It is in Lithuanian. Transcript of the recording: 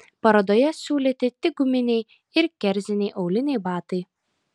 parodoje siūlyti tik guminiai ir kerziniai auliniai batai